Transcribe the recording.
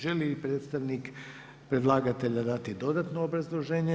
Želi li predstavnik predlagatelja dati dodatno obrazloženje?